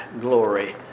glory